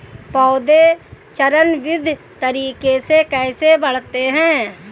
पौधे चरणबद्ध तरीके से कैसे बढ़ते हैं?